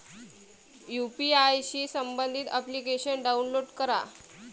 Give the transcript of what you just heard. UPI शी संबंधित application download करा